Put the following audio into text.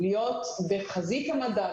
להיות בחזית המדע,